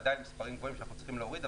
עדיין מספרים גבוהים שאנחנו צריכים להוריד,